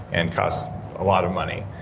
and cost a lot of money.